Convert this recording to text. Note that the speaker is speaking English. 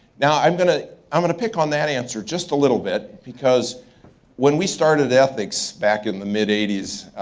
now i'm gonna i'm gonna pick on that answer just a little bit because when we started ethics back in the mid eighty s,